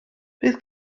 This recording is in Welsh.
bydd